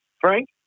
Frank